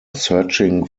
searching